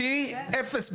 בהיכרותי, אפס בדיקה.